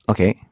Okay